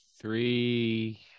three